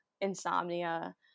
insomnia